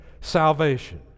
salvation